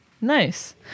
Nice